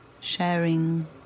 sharing